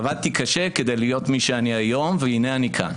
עבדתי קשה כדי להיות מי שאני היום והנה אני כאן.